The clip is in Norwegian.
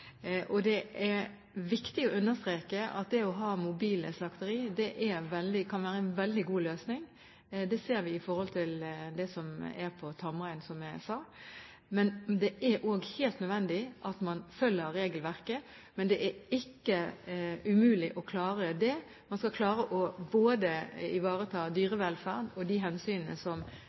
Det er viktig å understreke at det å ha mobile slakterier kan være en veldig god løsning. Det ser vi når det gjelder tamrein, som jeg sa. Men det er også helt nødvendig at man følger regelverket. Det er ikke umulig å klare det. Man skal klare å ivareta både dyrevelferd og hensynet til det som